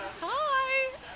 Hi